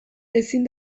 ezin